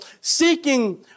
seeking